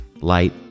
light